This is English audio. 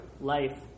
life